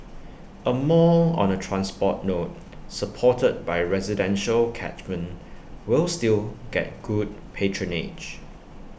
A mall on A transport node supported by residential catchment will still get good patronage